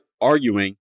arguing